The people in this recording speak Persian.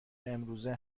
امروزه